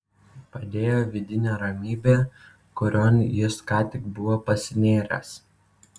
padėjo vidinė ramybė kurion jis ką tik buvo pasinėręs